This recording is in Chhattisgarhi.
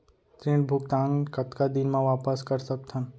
ऋण भुगतान कतका दिन म वापस कर सकथन?